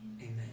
Amen